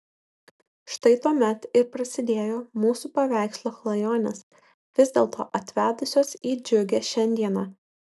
štai tuomet ir prasidėjo mūsų paveikslo klajonės vis dėlto atvedusios į džiugią šiandieną